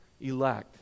elect